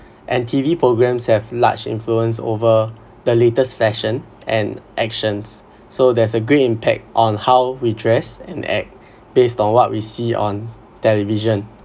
and T_V programmes have large influence over the latest fashion and actions so there's a great impact on how we dress and act based on what we see on television